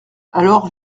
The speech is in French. alors